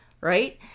right